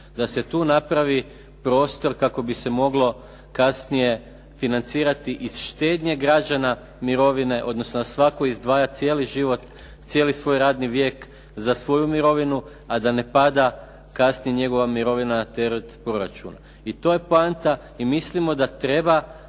Da se tu napravi prostor kako bi se moglo kasnije financirati iz štednje građana, mirovine, odnosno na svaku izdvajat cijeli život, cijeli svoj radni vijek za svoju mirovinu, a da ne pada kasnije njegova mirovina na teret proračuna. I to je poanta i mislimo da treba